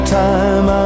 time